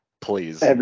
please